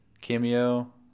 cameo